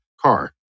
car